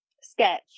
sketch